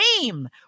game